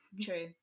true